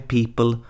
People